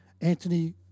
Anthony